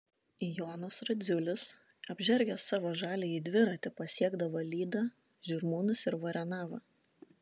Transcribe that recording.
jonas radziulis apžergęs savo žaliąjį dviratį pasiekdavo lydą žirmūnus ir varenavą